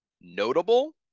Notable